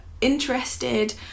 interested